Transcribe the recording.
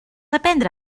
aprendre